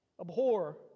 Abhor